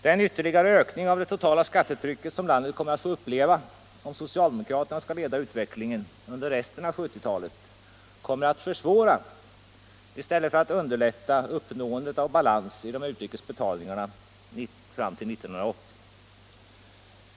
Den ytterligare ökning av det totala skattetrycket som landet kommer att få uppleva om socialdemokraterna skall leda utvecklingen under resten av 1970-talet kommer att försvåra i stället för att underlätta uppnåendet av balans i de utrikes betalningarna fram till 1980.